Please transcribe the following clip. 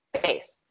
face